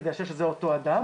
כדי לאשר שזה אותו אדם,